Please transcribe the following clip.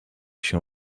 się